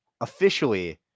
officially